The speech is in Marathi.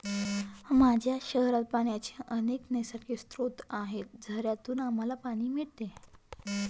माझ्या शहरात पाण्याचे अनेक नैसर्गिक स्रोत आहेत, झऱ्यांतून आम्हाला पाणी मिळते